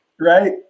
Right